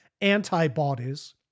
antibodies